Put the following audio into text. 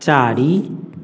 चारि